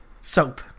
Soap